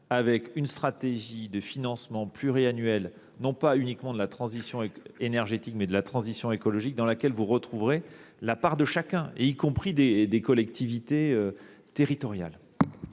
d’une stratégie de financement pluriannuelle non seulement de la transition énergétique, mais aussi de la transition écologique. Vous y trouverez la part de chacun, y compris des collectivités territoriales